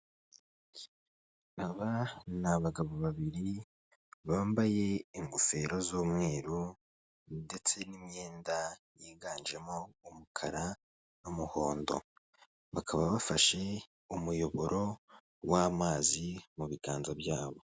Aba ni abagabo babiri bambaye ingofero z'umweru ndetse n'imyenda yiganjemo umukara n'umuhondo bakaba bafashe umuyoboro w'amazi mu biganza byabo.